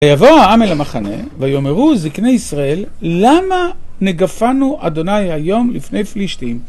ויבוא העם אל המחנה ויאמרו זקני ישראל למה נגפנו אדוני היום לפני פלישתים